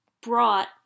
brought